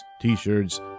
T-shirts